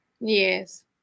Yes